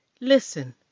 Listen